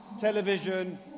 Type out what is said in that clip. television